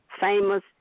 famous